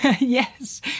Yes